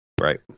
Right